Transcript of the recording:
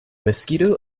mosquito